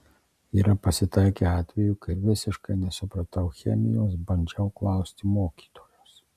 yra pasitaikę atvejų kai visiškai nesupratau chemijos bandžiau klausti mokytojos